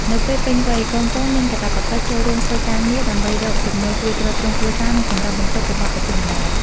នៅពេលពេញវ័យ កូនៗមានកាតព្វកិច្ច ចូលរួមធ្វើការងារ ដើម្បីរកចំណូលជួយទ្រទ្រង់គ្រួសារ និងសម្រាលបន្ទុករបស់ឪពុកម្ដាយ។